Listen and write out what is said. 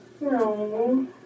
No